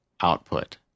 output